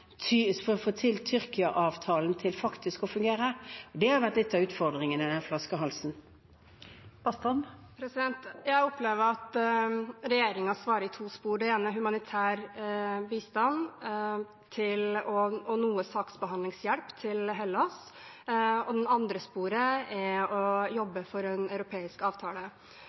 for å få Tyrkia-avtalen til faktisk å fungere. Det har vært litt av utfordringen i den flaskehalsen. Jeg opplever at regjeringen svarer i to spor. Det ene er humanitær bistand og noe saksbehandlingshjelp til Hellas, og det andre er å jobbe for en europeisk avtale.